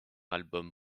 album